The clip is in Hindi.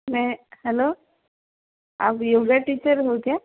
मैं हेलो आप योगा टीचर हो क्या